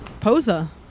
Posa